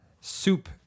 Soup